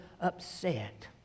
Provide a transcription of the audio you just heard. upset